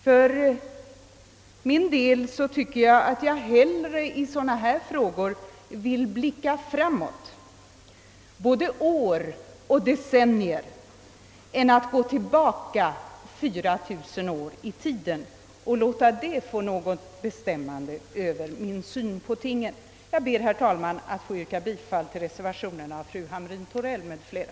För min del vill jag i sådana här frågor hellre blicka framåt, både år och decennier, än att gå tillbaka 4000 år i tiden och kanske låta förhållandena då få bestämma över min syn på tingen. Herr talman! Jag ber att få yrka bifall till reservationen av fru Hamrin Thorell m.fl.